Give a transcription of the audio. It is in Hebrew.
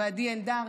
ועדי אלדר,